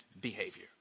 behavior